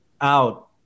out